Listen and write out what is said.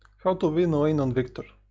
how to win lane on viktor?